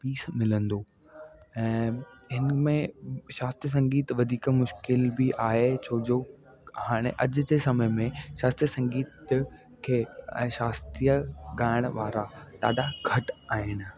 piece मिलंदो ऐं हिनमें शास्त्रीअ संगीत वधीक मुश्किल बि आहे छो जो हाणे अॼु जे समय में शास्त्रीअ संगीत खे ऐं शास्त्रीअ ॻाइण वारा ॾाढा घटि आहिनि